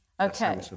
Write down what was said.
Okay